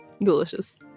Delicious